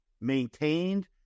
maintained